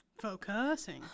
Focusing